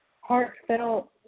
heartfelt